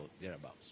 thereabouts